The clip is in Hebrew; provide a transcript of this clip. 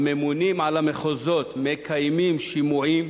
הממונים על המחוזות מקיימים שימועים